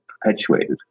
perpetuated